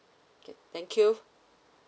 K thank you